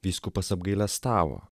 vyskupas apgailestavo